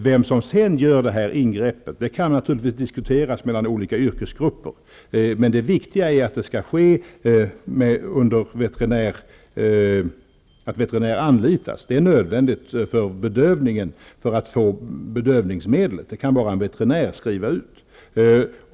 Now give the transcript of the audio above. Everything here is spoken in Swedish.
Vem som skall göra ingreppet kan naturligtvis diskuteras mellan olika yrkesgrupper, men det viktiga är att veterinär anlitas. Det är nödvändigt för att få tillgång till bedövningsmedlet, som bara veterinär kan förskriva.